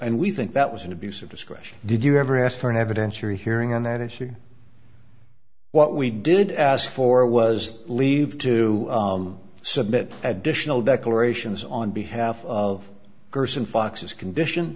and we think that was an abuse of discretion did you ever ask for evidence or hearing on that issue what we did ask for was leave to submit additional declarations on behalf of gerson fox's condition